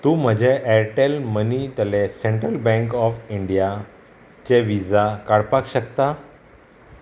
तूं म्हजें ऍरटॅल मनीतले सेंट्रल बँक ऑफ इंडियाचे विजा काडपाक शकता